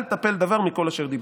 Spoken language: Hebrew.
"אל תפל דבר מכל אשר דיברת".